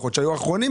אולי היו אחרונים,